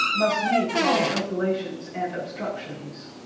must needs cause opilations, and obstructions.